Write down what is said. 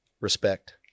Respect